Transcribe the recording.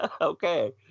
okay